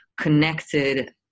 connected